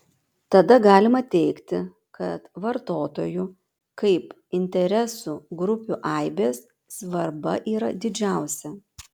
tada galima teigti kad vartotojų kaip interesų grupių aibės svarba yra didžiausia